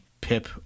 pip